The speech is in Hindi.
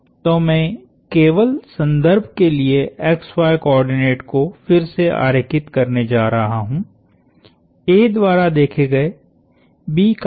तो मैं केवल संदर्भ के लिए xy कोआर्डिनेट को फिर से आरेखित करने जा रहा हूँ A द्वारा देखे गए B का r1 है